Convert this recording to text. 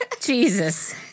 Jesus